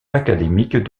académique